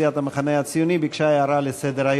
התשע"ו 2015, בקריאה שלישית: